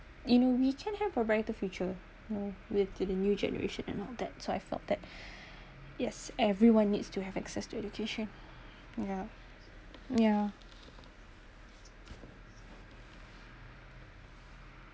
and we can have a brighter future mm with the the new generation and all that so I felt that yes everyone needs to have access to education ya ya